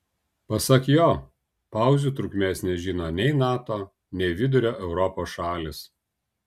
pasak jo pauzių trukmės nežino nei nato nei vidurio europos šalys